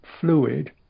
fluid